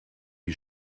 you